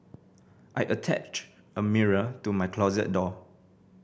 I attached a mirror to my closet door